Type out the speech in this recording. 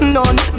None